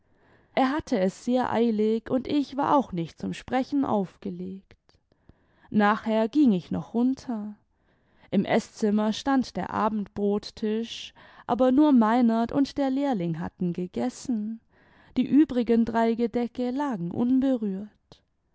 er hatte es sehr eilig und ich war auch nicht zum sprechen aufgelegt nachher ging ich noch runter im eßzinmier stand der abendbrottisch aber nur meinert und der lehrling hatten gegessen die übrigen drei gedecke lagen unberührt